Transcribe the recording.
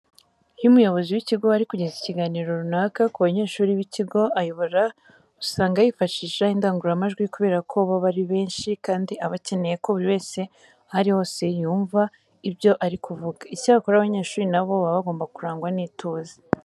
Iyo umuyobozi w'ikigo ari kugeza ikiganiro runaka ku banyeshuri b'ikigo ayobora usanga yifashisha indangururamajwi kubera ko baba ari benshi kandi aba akeneye ko buri wese aho ari hose yumva ibyo ari kuvuga. Icyakora abanyeshuri na bo baba bagomba kurangwa n'ituze.